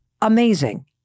amazing